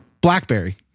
Blackberry